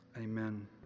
Amen